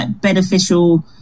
beneficial